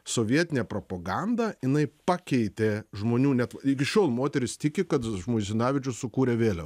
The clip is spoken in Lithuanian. sovietinė propaganda jinai pakeitė žmonių net iki šiol moteris tiki kad žmuizinavičius sukūrė vėliavą